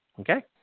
Okay